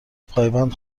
پایبند